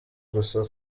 gusa